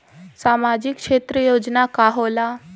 सामाजिक क्षेत्र योजना का होला?